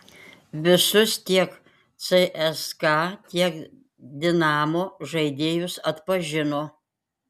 visus tiek cska tiek dinamo žaidėjus atpažino